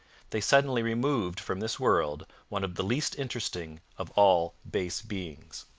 they suddenly removed from this world one of the least interesting of all base beings.